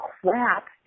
crap